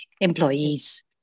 employees